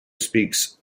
speaks